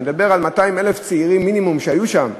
אני מדבר על 200,000 צעירים מינימום שהיו שם,